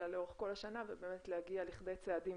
אלא לאורך כל השנה ובאמת להגיע לכדי צעדים